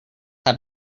have